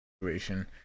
situation